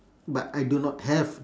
but I do not have